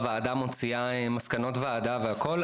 הוועדה מוציאה מסקנות ועדה והכל,